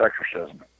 exorcism